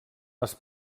les